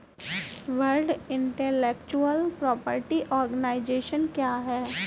World intellectual property organisation क्या है?